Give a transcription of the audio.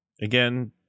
again